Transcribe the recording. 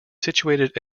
situated